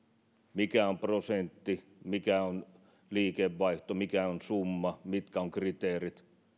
mikä on prosentti mikä on liikevaihto mikä on summa mitkä ovat kriteerit